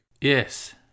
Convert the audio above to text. Yes